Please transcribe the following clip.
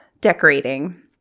decorating